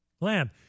land